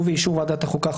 ובאישור ועדת החוקה,